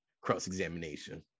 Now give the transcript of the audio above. cross-examination